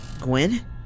Gwen